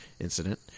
incident